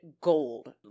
gold